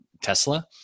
Tesla